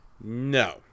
No